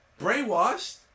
brainwashed